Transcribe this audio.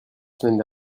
semaine